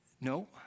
no